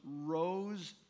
Rose